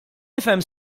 nifhem